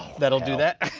that'll do that.